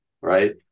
right